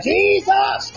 Jesus